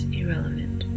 irrelevant